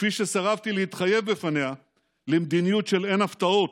כפי שסירבתי להתחייב בפניה למדיניות של אין הפתעות,